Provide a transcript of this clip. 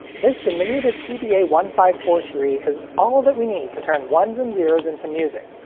this diminutive t d a one five four three is all that we need to turn ones and zeros into music.